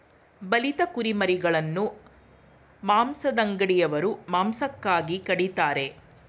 ಬಲಿತ ಕುರಿಮರಿಗಳನ್ನು ಮಾಂಸದಂಗಡಿಯವರು ಮಾಂಸಕ್ಕಾಗಿ ಕಡಿತರೆ